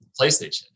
PlayStation